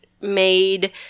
made